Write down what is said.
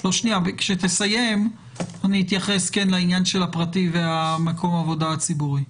כשתסיים אני אתייחס כן לעניין של הפרטי והמקום עבודה הציבורי,